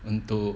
untuk